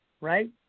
Right